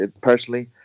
personally